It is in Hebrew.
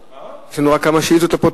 יש לנו כמה שאילתות רק לגמור,